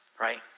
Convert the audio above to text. right